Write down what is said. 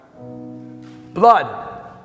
Blood